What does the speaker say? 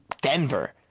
Denver